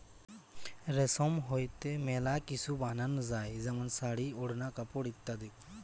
রেশম হইতে মেলা কিসু বানানো যায় যেমন শাড়ী, ওড়না, কাপড় ইত্যাদি